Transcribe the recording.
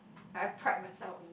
I pride myself